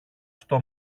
στο